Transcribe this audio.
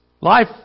Life